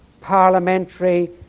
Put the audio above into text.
parliamentary